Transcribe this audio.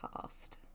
past